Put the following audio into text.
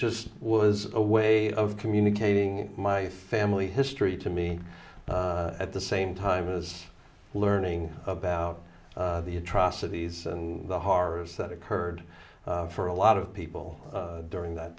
just was a way of communicating my family history to me at the same time as learning about the atrocities and the horrors that occurred for a lot of people during that